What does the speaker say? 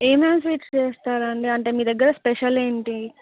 ఏమేమి స్వీట్స్ చేస్తారండి అంటే మీ దగ్గర స్పెషల్ ఏంటి